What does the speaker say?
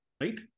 right